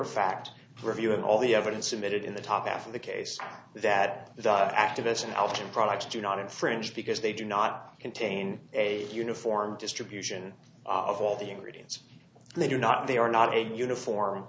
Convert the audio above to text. of fact reviewing all the evidence submitted in the top half of the case that the activists and elton products do not infringe because they do not contain a uniform distribution of all the ingredients they do not they are not a uniform